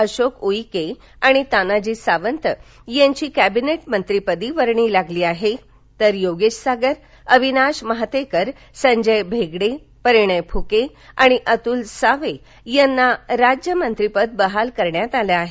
अशोक उईके आणि तानाजी सावंत यांची कविनेट मंत्री पदी वर्णी लागली आहे तर योगेश सागर अविनाश माहतेकर संजय भेगडे परिणय फुके आणि अतुल सावे यांना राज्यमंत्रीपद बहाल करण्यात आलं आहे